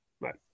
right